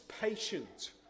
patient